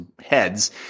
heads